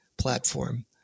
platform